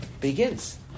begins